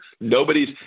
nobody's